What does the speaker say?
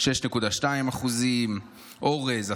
6.2%; אורז,